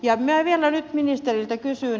minä vielä nyt ministeriltä kysyn